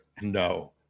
no